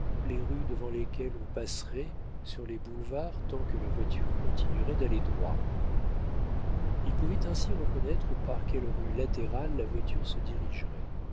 les rues devant lesquelles on passerait sur les boulevards tant que la voiture continuerait d'aller droit il pouvait ainsi reconnaître par quelle rue latérale la voiture se dirigerait